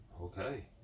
Okay